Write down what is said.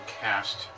cast